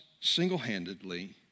single-handedly